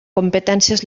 competències